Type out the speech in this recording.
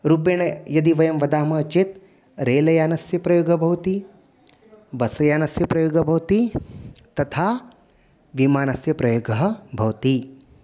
रूपेण यदि वयं वदामः चेत् रेलयानस्य प्रयोगः भवति बस्सयानस्य प्रयोगः भवति तथा विमानस्य प्रयोगः भवति